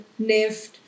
NIFT